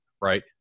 Right